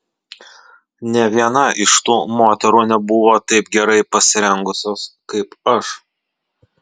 nė viena iš tų moterų nebuvo taip gerai pasirengusios kaip aš